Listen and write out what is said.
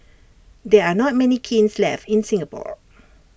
there are not many kilns left in Singapore